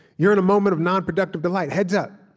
you're in a moment of nonproductive delight. heads up!